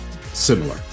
similar